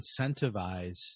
incentivize